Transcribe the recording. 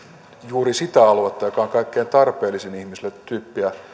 juuri sitä aluetta joka on kaikkein tarpeellisin ihmisille tyyppiä